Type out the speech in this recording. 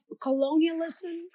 colonialism